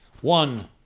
One